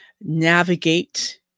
navigate